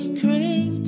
Scream